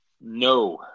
No